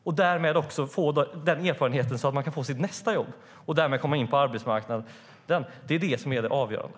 Den erfarenhet man då får behövs för att man ska kunna få sitt nästa jobb och därmed komma in på arbetsmarknaden. Det är det avgörande.